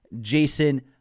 Jason